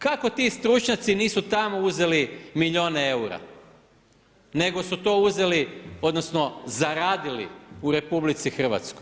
Kako ti stručnjaci nisu tamo uzeli milijune eura nego su to uzeli, odnosno zaradili u RH?